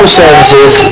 services